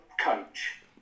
coach